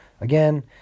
again